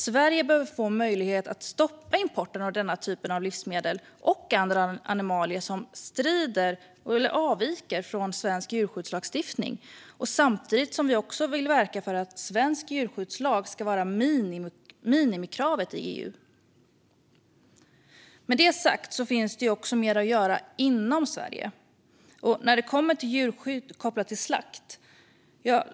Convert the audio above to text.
Sverige behöver få möjlighet att stoppa import av denna typ av livsmedel och andra animalier som avviker från svensk djurskyddslagstiftning, samtidigt som vi också verkar för att svensk djurskyddslag ska vara minimikravet i EU. Med det sagt finns det också mer att göra inom Sverige när det kommer till djurskydd kopplat till slakt.